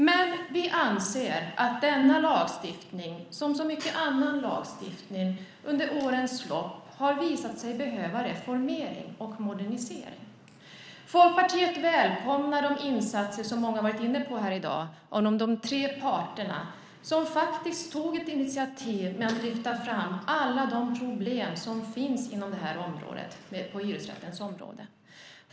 Men vi anser att denna lagstiftning, som så mycket annan lagstiftning, under årens lopp har visat sig behöva reformering och modernisering. Folkpartiet välkomnar insatserna av de tre parterna, som många har varit inne på här i dag, som tog initiativ till att lyfta fram alla de problem som finns på hyresrättens område.